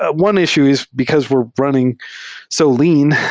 ah one issue is because we're running so lean,